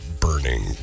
burning